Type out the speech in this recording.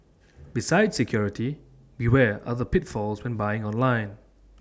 besides security beware other pitfalls when buying online